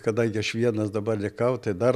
kadangi aš vienas dabar likau tai dar